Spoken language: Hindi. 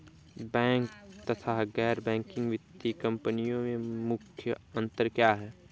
बैंक तथा गैर बैंकिंग वित्तीय कंपनियों में मुख्य अंतर क्या है?